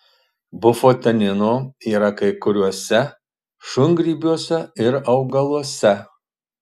bufotenino yra kai kuriuose šungrybiuose ir augaluose